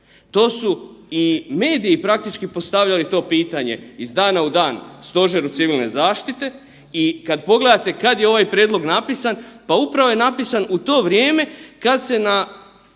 To su i mediji praktički postavljali to pitanje iz dana u dan Stožeru civilne zaštite i kada pogledate kada je ovaj prijedlog napisan, pa upravo je napisan u to vrijeme kada se na